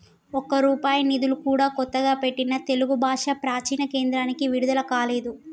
ఒక్క రూపాయి నిధులు కూడా కొత్తగా పెట్టిన తెలుగు భాషా ప్రాచీన కేంద్రానికి విడుదల కాలేదు